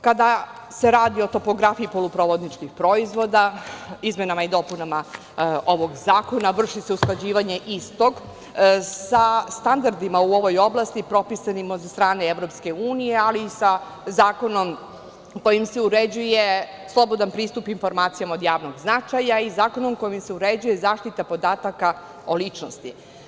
Kada se radi o topografiji poluprovodničkih proizvoda, izmenama i dopunama ovog zakona vrši se usklađivanje istog sa standardima u ovoj oblasti propisanim od strane EU, ali i sa Zakonom kojim se uređuje slobodan pristup informacijama od javnog značaja i Zakonom koji se uređuje zaštita podataka o ličnosti.